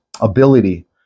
ability